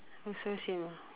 also same ah K